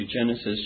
Genesis